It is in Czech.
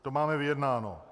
To máme vyjednáno.